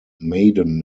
maiden